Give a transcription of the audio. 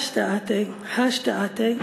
השתא אתי השתא אתי,